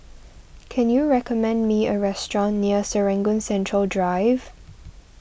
can you recommend me a restaurant near Serangoon Central Drive